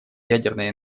ядерной